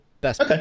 best